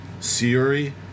Siri